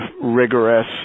rigorous